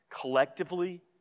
collectively